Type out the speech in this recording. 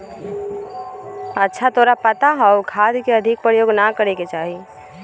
अच्छा तोरा पता हाउ खाद के अधिक प्रयोग ना करे के चाहि?